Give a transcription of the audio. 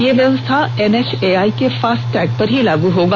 यह व्यवस्था एनएचआई के फास्टैग पर ही लागू होगा